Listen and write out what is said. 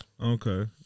Okay